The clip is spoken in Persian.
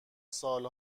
سال